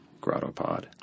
GrottoPod